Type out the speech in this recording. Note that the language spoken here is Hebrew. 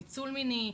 ניצול מיני,